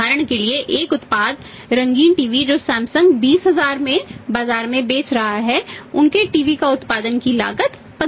उदाहरण के लिए एक उत्पाद रंगीन टीवी जो सैमसंग 20000 में बाजार में बेच रहा है उनके टीवी के उत्पादन की लागत 15000 है